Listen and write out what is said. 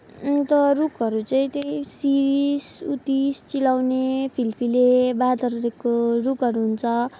अन्त रुखहरू चाहिँ त्यही सिरिस उत्तिस चिलाउने फिलफिले बाँदरहरूको रुखहरू हुन्छ